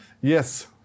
yes